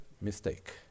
mistake